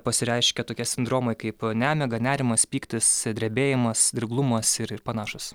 pasireiškia tokie sindromai kaip nemiga nerimas pyktis drebėjimas dirglumas ir ir panašūs